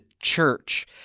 Church